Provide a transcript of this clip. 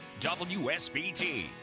WSBT